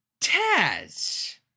Taz